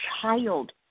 child